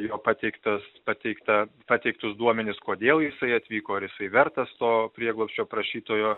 jo pateiktas pateiktą pateiktus duomenis kodėl jisai atvyko ar jisai vertas to prieglobsčio prašytojo